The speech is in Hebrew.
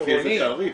לפי איזה תעריף.